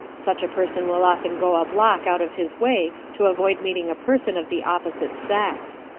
such a person will often go a block out of his way to avoid meeting a person of the opposite sex.